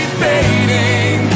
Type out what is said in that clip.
fading